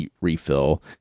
refill